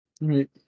Right